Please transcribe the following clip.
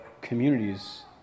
communities